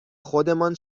خودمان